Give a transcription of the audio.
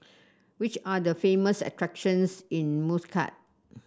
which are the famous attractions in Muscat